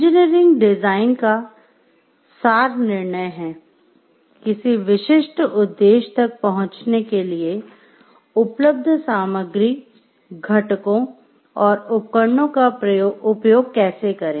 engineering design का सार निर्णय है किसी विशिष्ट उद्देश्य तक पहुंचने के लिए उपलब्ध सामग्री घटकों और उपकरणों का उपयोग कैसे करें